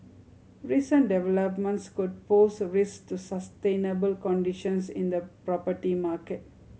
recent developments could pose risk to sustainable conditions in the property market